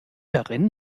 darin